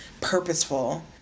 purposeful